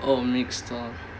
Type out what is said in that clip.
or mixed [one]